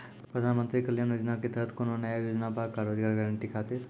प्रधानमंत्री कल्याण योजना के तहत कोनो नया योजना बा का रोजगार गारंटी खातिर?